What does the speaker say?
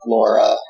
Laura